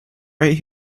right